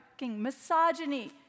misogyny